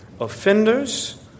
Offenders